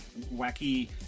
wacky